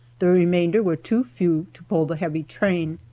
the remainder were too few to pull the heavy train.